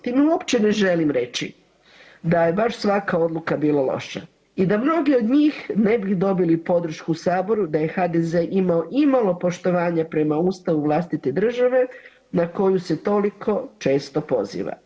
Time uopće ne želim reći da je baš svaka odluka bila loša i da mnogi od njih ne bi dobili podršku u Saboru da je HDZ-e imao imalo poštovanja prema Ustavu vlastite države na koju se toliko često poziva.